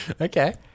okay